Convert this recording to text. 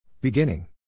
Beginning